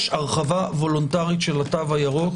יש הרחבה וולונטרית של התו הירוק